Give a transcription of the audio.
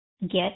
get